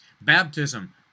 Baptism